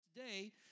Today